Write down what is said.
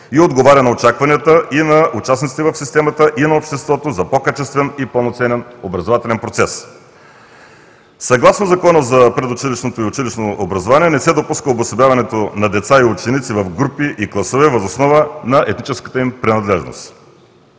и отговаря на очакванията и на участниците в системата, и на обществото за по-качествен и пълноценен образователен процес. Съгласно Закона за предучилищното и училищното образование не се допуска обособяването на деца и ученици в групи и класове въз основа на етническата им принадлежност.